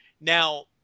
Now